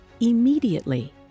Immediately